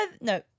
No